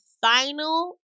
final